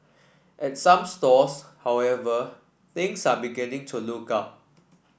at some stores however things are beginning to look up